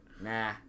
Nah